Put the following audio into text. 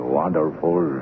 wonderful